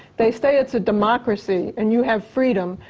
they say it's a democracy and you have freedom,